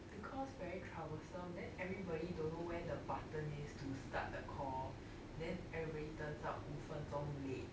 because very troublesome then everybody don't know where the button is to start the call then everybody turns out 五分钟 late